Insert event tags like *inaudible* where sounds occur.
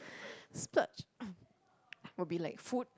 splurge *coughs* will be like food